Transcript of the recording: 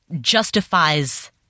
justifies